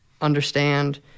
understand